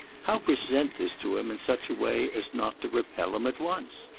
how present this to him in such a way as not to repel him at once?